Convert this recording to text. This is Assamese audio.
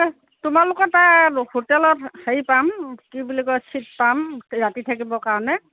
তোমালোকৰ তাত হোটেলত হেৰি পাম কি বুলি কয় চিট পাম ৰাতি থাকিবৰ কাৰণে